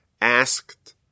asked